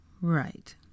Right